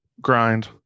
grind